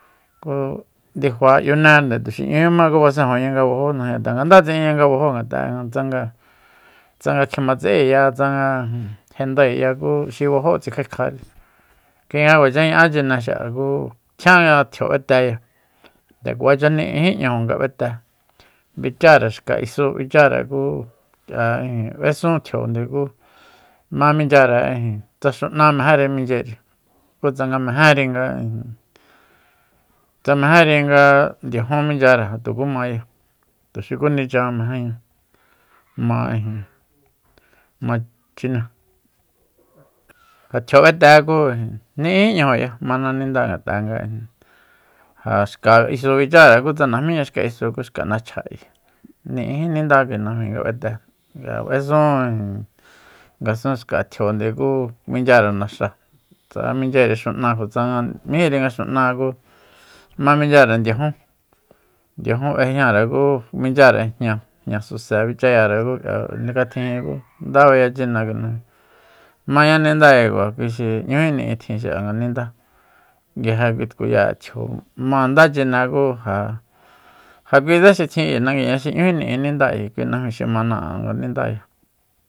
Ku ndifa 'yunende tuxi 'ñujíma ku basenjunña nga bajó najmi tanga nda tsi'inña nga bajó ku ja t'a tsanga- tsanga kjimatse'éya tsanga jendaeya ku xi bajóo tsikjaekjari kui nga kuacha ña'á chine xi'a ku tjiáni nga tjio b'eteya nde kuacha ni'ijí 'ñajo nga b'ete bicháre xka isu bicháre ku ja k'ia ijin b'esun tjionde ku ma minchyare ijin tsa xu'na mejénri minchyeri ku tsanga mejénri nga tsa mejénri nga ndiajún minchyare ja tukumaya tuxukúnicha mejénña ma ijin ma chine ja tjio b'ete ku ni'ijí 'ñajoya mana ninda ngat'a nga ijin ja xka isu bicháre ku tsanga najmíña xka isu xka nachja ayi ni'ijí ninda kui najmíi nga b'ete nga b'esun ijin ngasun xka tjionde ku minchyare naxa tsanga minchyeri xu'na tsanga mejíri nga xu'na ku ma minchyare ndiajun ndiajun b'ejñare ku minchyare jña jñasuse bichayare ku k'ia nikatjijin nda beya chine kui najmíi mañá ninda kikua kui xi n'ñúji ni'i tjin xik'ia nga ninda nguije kui tkuy'a'e tjio ma ndá chine ku ja ja kuitse xi tjin k'ui nanguiña xi n'ñují ni'i ninda kui najmi xi mana'áan nga nindaya